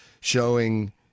showing